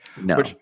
No